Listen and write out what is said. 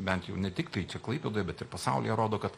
bent jau ne tiktai čia klaipėdoje bet ir pasaulyje rodo kad